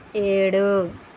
ఏడు